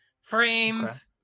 frames